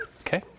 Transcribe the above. Okay